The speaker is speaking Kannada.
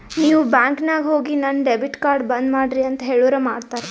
ನೀವ್ ಬ್ಯಾಂಕ್ ನಾಗ್ ಹೋಗಿ ನನ್ ಡೆಬಿಟ್ ಕಾರ್ಡ್ ಬಂದ್ ಮಾಡ್ರಿ ಅಂತ್ ಹೇಳುರ್ ಮಾಡ್ತಾರ